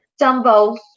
Dumbo